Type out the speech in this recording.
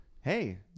Hey